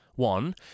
One